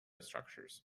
structures